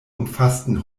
umfassten